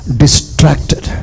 distracted